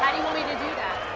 you want me to do that?